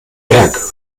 berg